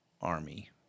army